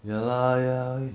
ya lah ya